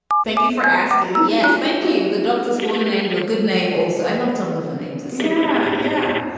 thank you for asking. yes, thank you the doctor's fallen angel. good name. also, i love tumblr for names yeah. yeah.